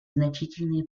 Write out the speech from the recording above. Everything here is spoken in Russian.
значительные